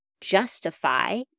justify